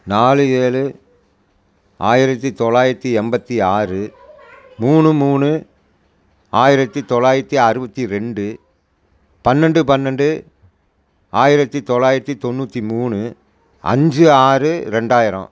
நாலு ஏழு ஆயிரத்தி தொள்ளாயிரத்தி என்பத்தி ஆறு மூணு மூணு ஆயிரத்தி தொள்ளாயிரத்தி அறுபத்தி ரெண்டு பன்னெண்டு பன்னெண்டு ஆயிரத்தி தொள்ளாயிரத்தி தொண்ணூற்றி மூணு அஞ்சு ஆறு ரெண்டாயிரம்